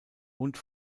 und